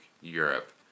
Europe